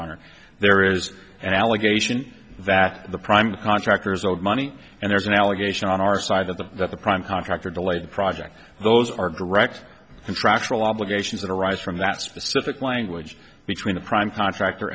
honor there is an allegation that the prime contractors owed money and there's an allegation on our side that the that the prime contractor delayed the project those are direct contractual obligations that arise from that specific language between the prime contractor